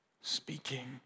Speaking